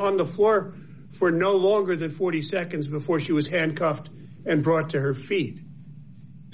on the floor for no longer than forty seconds before she was handcuffed and brought to her feet